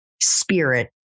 spirit